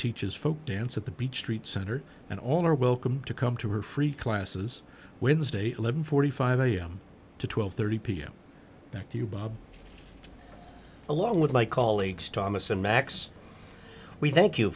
teaches folk dance at the beach street center and all are welcome to come to her free classes wednesday eleven forty five am to twelve thirty pm back to you bob along with my colleagues thomas and max we thank you